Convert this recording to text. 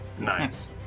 Nice